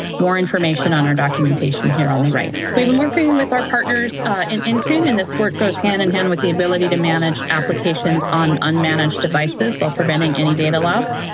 more information on our documentation here on the right. we've been working with our partners in intune. and this work goes hand in hand with the ability to manage applications on unmanaged devices while preventing any data loss.